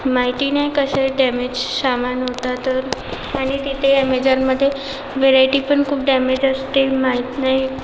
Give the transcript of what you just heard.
माहिती नाही कसा डॅमेज सामान होता तर आणि तिथे अमेझॉनमध्ये व्हरायटी पण खूप डॅमेज असते माहीत नाही